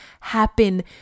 happen